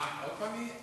מה, עוד פעם היא?